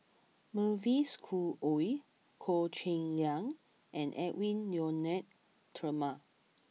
Mavis Khoo Oei Goh Cheng Liang and Edwy Lyonet Talma